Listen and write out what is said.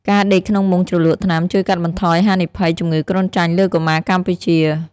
ការដេកក្នុងមុងជ្រលក់ថ្នាំជួយកាត់បន្ថយហានិភ័យជំងឺគ្រុនចាញ់លើកុមារកម្ពុជា។